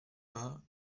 pas